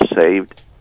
saved